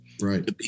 Right